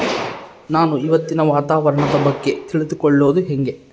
ನಾನು ಇವತ್ತಿನ ವಾತಾವರಣದ ಬಗ್ಗೆ ತಿಳಿದುಕೊಳ್ಳೋದು ಹೆಂಗೆ?